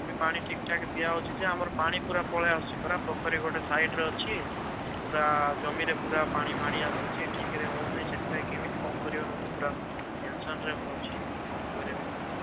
ମୁଁ ବି ପାଣି ଠିକ୍ଠାକ୍ ଦିଆହେଉଛି ଯେ ଆମର ପାଣି ପୁରା ପଳାଇଆସୁଛି ପୁରା ପୋଖରୀ ଗୋଟେ ସାଇଡ଼୍ରେ ଅଛି ପୁରା ଜମିରେ ପୁରା ପାଣି ମାଡ଼ି ଆସୁଛି ଠିକ୍ରେ ହେଉନି ସେଥପାଇଁ କେମିତି କ'ଣ କରିବା ମୋତେ ପୁରା ଟେନସନ୍ରେ ମୁଁ ଅଛି କ'ଣ କରିବି